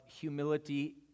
humility